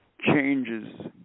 changes